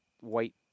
white